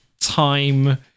time